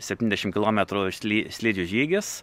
septyniasdešim kilometrų sli slidžių žygis